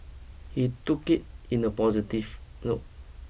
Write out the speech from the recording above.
he took it in a positive note